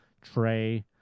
tray